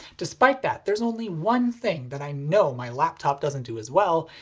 despite that, there's only one thing that i know my laptop doesn't do as well,